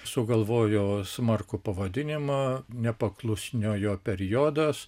sugalvojo smarkų pavadinimą nepaklusniojo periodas